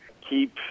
keep